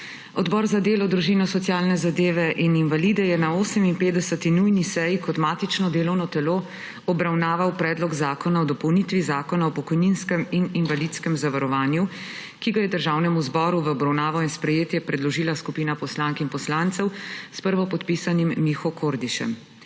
Odbor za delo, družino, socialne zadeve in invalide je na 58. nujni seji kot matično delovno telo obravnaval Predlog zakona o dopolnitvi Zakona o pokojninskem in invalidskem zavarovanju, ki ga je Državnemu zboru v obravnavo in sprejetje predložila skupina poslank in poslancev s prvopodpisanim Miho Kordišem.